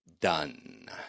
done